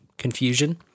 Confusion